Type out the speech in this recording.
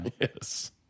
Yes